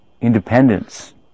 independence